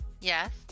Yes